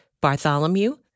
Bartholomew